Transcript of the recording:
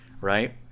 Right